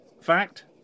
fact